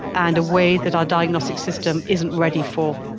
and a way that our diagnostic system isn't ready for.